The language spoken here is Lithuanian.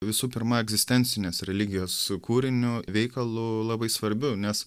visų pirma egzistencinės religijos kūriniu veikalu labai svarbiu nes